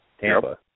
Tampa